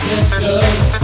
sisters